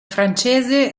francese